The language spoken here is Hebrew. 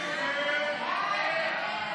הצעת סיעת הציונות הדתית להביע